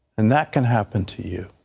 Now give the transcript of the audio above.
and that can happen to you.